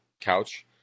couch